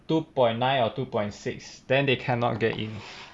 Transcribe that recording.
two point nine or two point six then they cannot get in